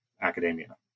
academia